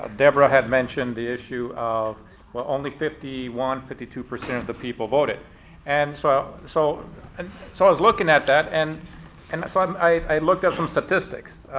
ah deborah had mentioned the issue of well only fifty one, fifty two percent of the people voted and so so and so i was looking at that and and so um i looked at some statistics.